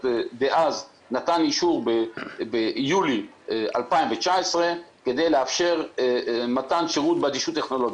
דאז נתן אישור ביולי 2019 כדי לאפשר מתן שירות באדישות טכנולוגית.